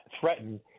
threaten –